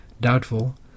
doubtful